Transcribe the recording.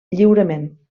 lliurement